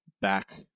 back